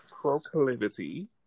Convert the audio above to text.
Proclivity